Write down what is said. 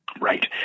Right